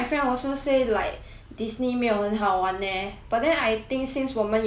Disney 没有很好玩 leh but then I think since 我们也没有去过可以 try 去 ah